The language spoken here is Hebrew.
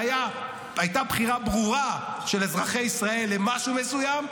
הייתה בחירה ברורה של אזרחי ישראל במשהו מסוים,